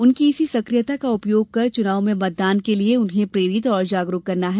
उनकी इसी सक्रियता का उपयोग कर चुनाव में मतदान के लिये उन्हे प्रेरित और जागरूक करना हैं